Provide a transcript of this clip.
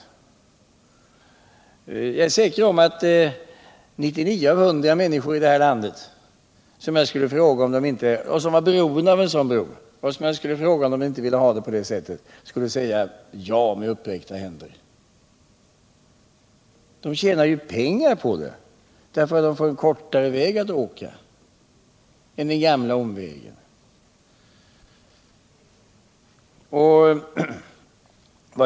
Jag är säker på att 99 av 100 människor i detta land, som är beroende av en sådan bro och som skulle bli tillfrågade om huruvida de ville ha den uppförd nu, med uppräckta händer skulle säga ja. De tjänar ju pengar på arrangemanget därför att de får en kortare väg att åka än den gamla omvägen.